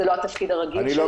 זה לא התפקיד הרגיל שלהם.